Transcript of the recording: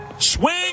Swing